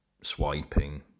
swiping